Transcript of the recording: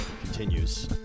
continues